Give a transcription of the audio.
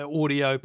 audio